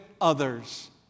others